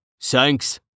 Thanks